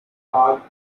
dark